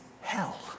hell